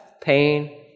pain